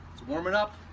warming up!